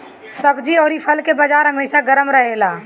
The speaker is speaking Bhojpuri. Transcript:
सब्जी अउरी फल के बाजार हमेशा गरम रहेला